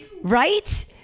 right